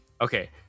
Okay